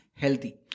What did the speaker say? healthy